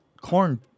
corn